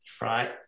Right